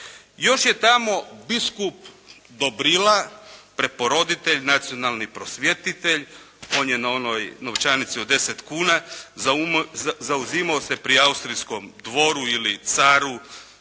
Još je tamo biskup Dobrila, preporoditelj, nacionalni prosvjetitelj. On je na onoj novčanici od deset kuna zauzimao se pri austrijskom dvoru ili caru